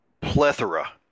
plethora